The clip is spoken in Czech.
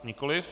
Nikoliv.